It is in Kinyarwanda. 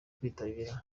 kwitabira